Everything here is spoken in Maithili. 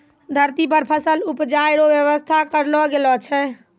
धरती पर फसल उपजाय रो व्यवस्था करलो गेलो छै